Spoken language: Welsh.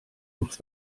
wrth